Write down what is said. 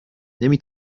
نمی